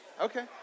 okay